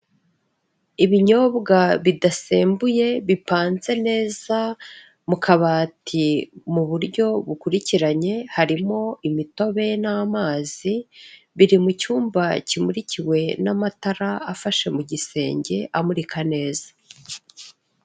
Ibinyobwa bidasembuye bipanze neza mu kabati mu buryo bukurikiranye, harimo imitobe n'amazi, biri mu cyumba kimurikiwe n'amatara afashe mu gisenge, amurika neza.